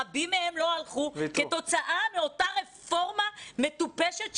רבים מהם לא הלכו כתוצאה מאותה רפורמה מטופשת,